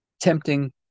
tempting